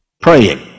praying